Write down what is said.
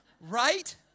Right